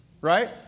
Right